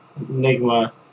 Enigma